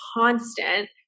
constant